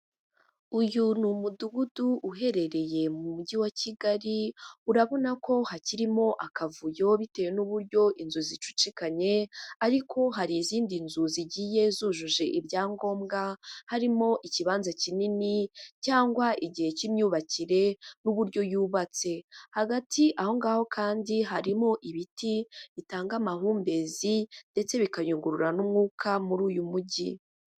Uyu ni umudugudu uherereye mu mujyi wa Kigali, urabona ko hakirimo akavuyo bitewe n'uburyo inzu zicucikanye, ariko hari izindi nzu zigiye zujuje ibyangombwa, harimo ikibanza kinini cyangwa igihe cy'imyubakire n'uburyo yubatse. Hagati aho ngaho kandi harimo ibiti bitanga amahumbezi ndetse bikayungurura n'umwuka muri uyu mujyi.